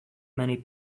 many